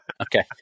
Okay